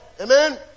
amen